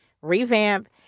revamp